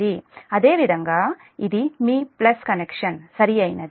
అదేవిధంగా ఇది మీ ప్లస్ ప్లస్ కనెక్షన్ సరియైనది